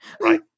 Right